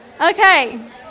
Okay